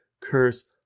curse